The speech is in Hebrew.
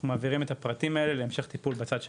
אנחנו מעבירים את הפרטים האלה להמשך טיפול בצד שלהם.